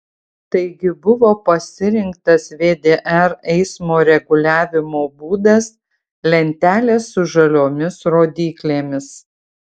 taigi buvo pasirinktas vdr eismo reguliavimo būdas lentelės su žaliomis rodyklėmis